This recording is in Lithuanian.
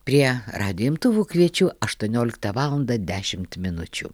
prie radijo imtuvų kviečiu aštuonioliktą valandą dešimt minučių